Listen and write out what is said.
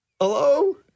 Hello